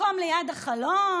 מקום ליד החלון,